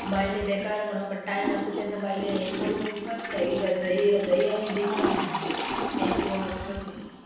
बायले बेकार म्हणो बट टायम आसता तेन्ना बायलें हें करूंक खूब आसता रजई रजाई आनी डिमांड आहा पेच वर्क